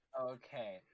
Okay